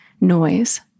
noise